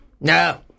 No